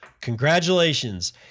Congratulations